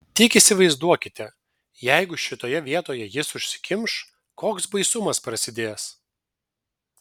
tik įsivaizduokite jeigu šitoje vietoje jis užsikimš koks baisumas prasidės